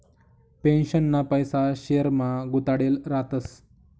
पेन्शनना पैसा शेयरमा गुताडेल रातस